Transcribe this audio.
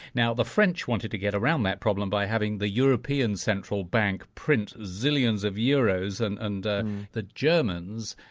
now, the french wanted to get around that problem by having the european central bank print zillions of euros. and and the germans,